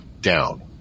down